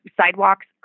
sidewalks